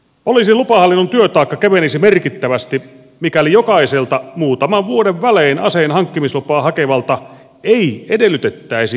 poliisin lupahallinnon työtaakka kevenisi merkittävästi mikäli jokaiselta muutaman vuoden välein aseenhankkimislupaa hakevalta ei edellytettäisi soveltuvuustestiä